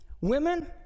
women